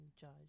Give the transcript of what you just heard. judge